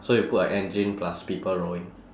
so you put a engine plus people rowing